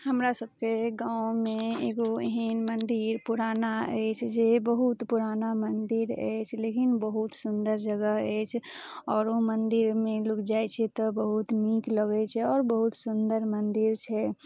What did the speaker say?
हमरा सबके गाँवमे एगो एहन मन्दिर पुराना अछि जे बहुत पुराना मन्दिर अछि लेकिन बहुत सुन्दर जगह अछि आओर ओ मन्दिरमे लोक जाइ छै तऽ बहुत नीक लगै छै आओर बहुत सुन्दर मन्दिर छै